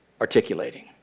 articulating